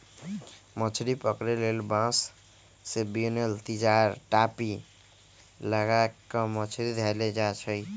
मछरी पकरे लेल बांस से बिनल तिजार, टापि, लगा क मछरी धयले जाइ छइ